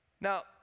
Now